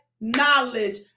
knowledge